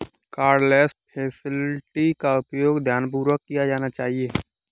cardless facility का उपयोग ध्यानपूर्वक किया जाना चाहिए